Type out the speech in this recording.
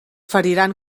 feriran